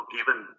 given